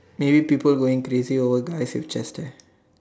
maybe people going crazy over is nap chatter